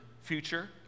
future